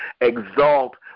exalt